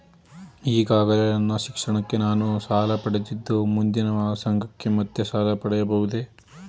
ಈಗಾಗಲೇ ನನ್ನ ಶಿಕ್ಷಣಕ್ಕೆ ನಾನು ಸಾಲ ಪಡೆದಿದ್ದು ಮುಂದಿನ ವ್ಯಾಸಂಗಕ್ಕೆ ಮತ್ತೆ ಸಾಲ ಪಡೆಯಬಹುದೇ?